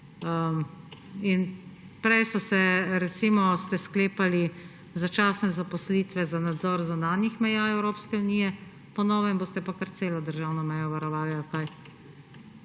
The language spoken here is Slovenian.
Prej ste sklepali začasne zaposlitve za nadzor zunanjih meja Evropske unije, po novem boste pa kar celo državno mejo varovali ali